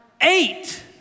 eight